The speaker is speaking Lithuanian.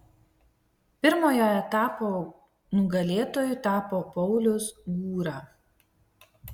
pirmojo etapo nugalėtoju tapo paulius gūra